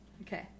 Okay